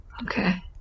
Okay